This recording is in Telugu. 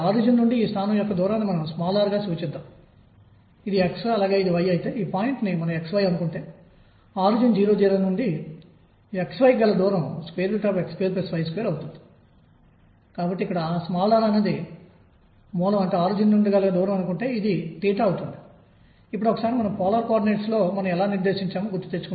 మరియు ఒక సరళ హరాత్మక హార్మోనిక్ డోలకంతో మళ్ళీ ప్రారంభించనివ్వండి దీని శక్తి h లేదా h క్రాస్ ఒమేగా యొక్క క్వాంటం లో వస్తుందని నాకు తెలుసు